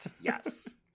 Yes